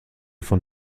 von